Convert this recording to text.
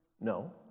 No